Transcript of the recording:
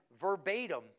verbatim